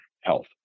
health